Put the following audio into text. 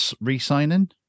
re-signing